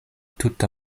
tute